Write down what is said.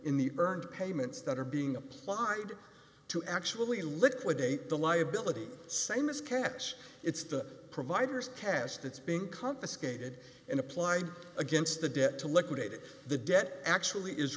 in the current payments that are being applied to actually liquidate the liability same as cash it's the providers cast it's being confiscated and apply against the debt to liquidated the debt actually is